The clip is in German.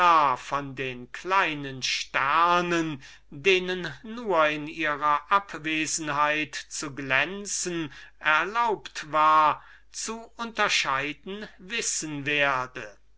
von den kleinern sternen welchen nur in ihrer abwesenheit zu glänzen erlaubt war zu unterscheiden wissen werde